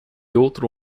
outro